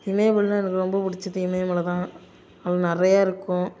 இமயமலை தான் எனக்கு ரொம்ப பிடிச்சது இமயமல தான் அங்கே நிறையா இருக்கும்